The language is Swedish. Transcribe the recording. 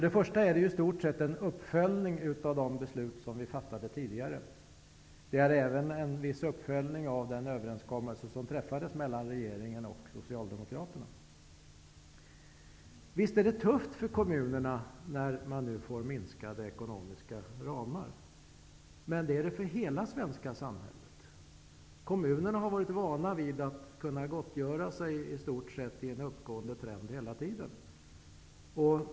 Betänkandet är i stort sett en uppföljning av de beslut som vi fattade tidigare. Det är även en viss uppföljning av den överenskommelse som träffades mellan regeringen och Socialdemokraterna. Visst är det tufft för kommunerna när de ekonomiska ramarna minskas, men det är det för hela det svenska samhället. Kommunerna har varit vana vid att i stort sett kunna gottgöra sig i en uppgående trend hela tiden.